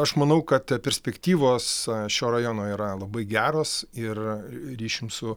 aš manau kad perspektyvos šio rajono yra labai geros ir ryšium su